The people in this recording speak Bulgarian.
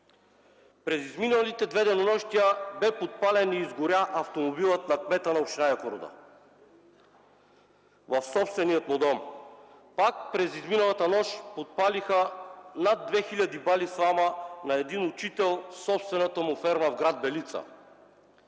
През изминалите две денонощия бе подпален и изгоря автомобилът на кмета на община Якоруда – в собствения му дом. Пак през изминалата нощ подпалиха над две хиляди бали слама на един учител в собствената му ферма в гр. Белица.